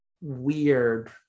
weird